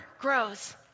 grows